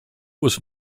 was